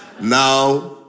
now